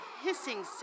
hissing